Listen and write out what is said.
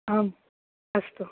आम् अस्तु